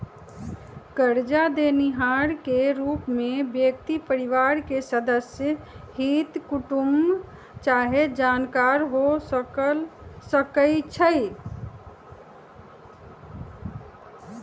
करजा देनिहार के रूप में व्यक्ति परिवार के सदस्य, हित कुटूम चाहे जानकार हो सकइ छइ